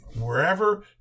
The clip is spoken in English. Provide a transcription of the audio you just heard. Wherever